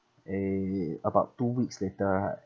eh about two weeks later right